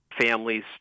families